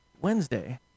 Wednesday